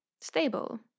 stable